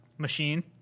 Machine